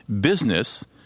business